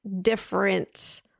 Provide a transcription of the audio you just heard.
different